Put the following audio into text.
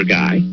guy